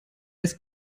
als